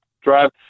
Drive